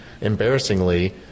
embarrassingly